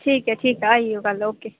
ठीक ऐ ठीक ऐ आई जायो कल्ल ठीक ऐ